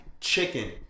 chicken